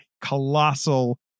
colossal